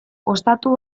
ostatu